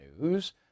News